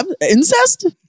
incest